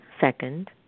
Second